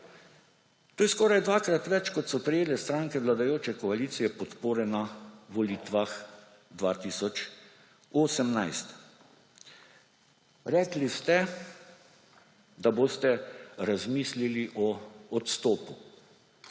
To je skoraj dvakrat več, kot so prejele stranke vladajoče koalicije podpore na volitvah 2018. Rekli ste, da boste razmislili o odstopu.